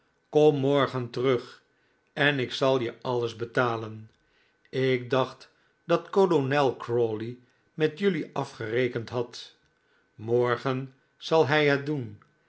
kom morgen terug en ik zal je alles betalen ik dacht dat kolonel crawley met jelui afgerekend had morgen zal hij het doen